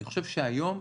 אני חושב שהיום,